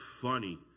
funny